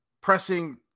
pressing